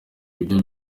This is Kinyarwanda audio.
ibyo